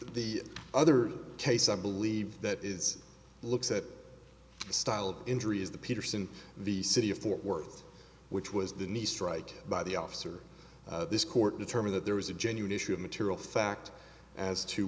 the other case i believe that is looks that style injury is the peterson the city of fort worth which was the nice strike by the officer this court determined that there was a genuine issue of material fact as to